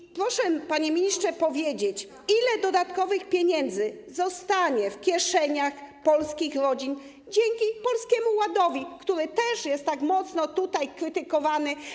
I proszę, panie ministrze, powiedzieć, ile dodatkowych pieniędzy zostanie w kieszeniach polskich rodzin dzięki Polskiemu Ładowi, który też jest tutaj tak mocno krytykowany.